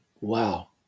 Wow